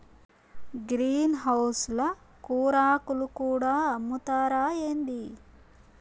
green house ల కూరాకులు కూడా అమ్ముతారా ఏంది